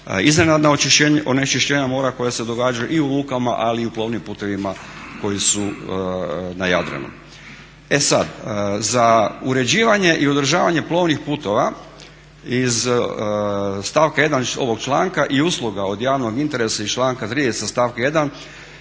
iznenadna onečišćenja mora koja se događaju i u lukama, ali i u plovnim putevima koji su na Jadranu. E sad, za uređivanje i održavanje plovnih putova iz stavka 1. ovog članka i usluga od javnog interesa iz članka 30. stavka 1.